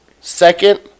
second